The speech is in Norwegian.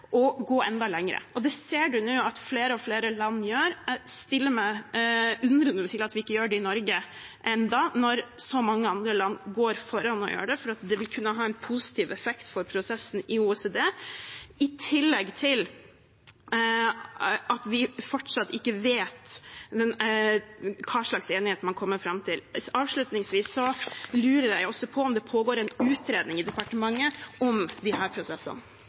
gå enda lenger. Det ser vi at flere og flere land gjør, og jeg stiller meg undrende til at vi ikke gjør det i Norge ennå, når så mange andre land går foran og gjør det, for det ville kunne ha en positiv effekt for prosessen i OECD, i tillegg til at vi fortsatt ikke vet hva slags enighet man kommer fram til. Avslutningsvis lurer jeg på om det pågår en utredning i departementet om disse prosessene.